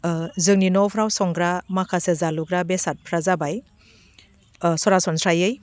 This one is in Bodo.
जोंनि न'फ्राव संग्रा माखासे जालुग्रा बेसादफ्रा जाबाय सरासनस्रायै